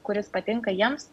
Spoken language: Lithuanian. kuris patinka jiems